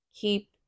Keep